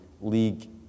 league